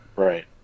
Right